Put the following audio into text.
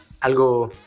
algo